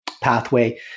pathway